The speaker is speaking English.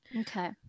Okay